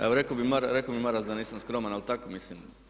Evo rekao mi je Maras da nisam skroman, ali tako mislim.